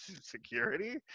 security